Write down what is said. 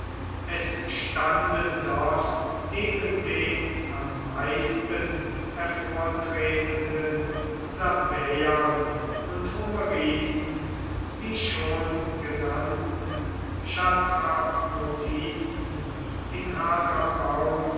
es standen dort neben den am meisten hervortretenden sabäern und homeriten die schon genannten chatramotiten in